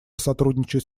сотрудничать